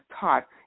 taught